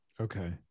okay